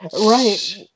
Right